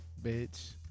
Bitch